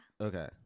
okay